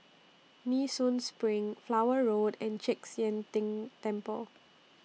Nee Soon SPRING Flower Road and Chek Sian Tng Temple